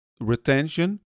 retention